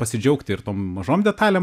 pasidžiaugti ir tom mažom detalėm